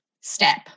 step